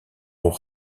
aux